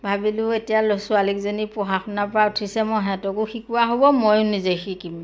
ভাবিলোঁ এতিয়া ছোৱালীকিজনী পঢ়া শুনাৰ পৰা উঠিছে মই সিহঁতকো শিকোৱা হ'ব ময়ো নিজে শিকিম